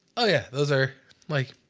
oh, yeah. those are like,